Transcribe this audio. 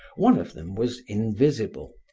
one of them was invisible,